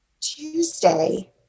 Tuesday